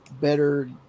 better